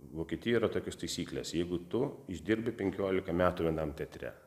vokietijo yra tokios taisyklės jeigu tu išdirbi penkiolika metų vienam teatre